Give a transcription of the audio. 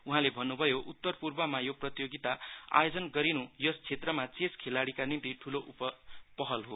उहाँले भन्नुभयो उत्तरपूर्वमा यो प्रतियोगिता आयोजन गरिनु यस क्षेत्रमा खेलाइ़ीका निम्ति ठूलो पहल हो